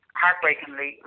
heartbreakingly